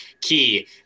key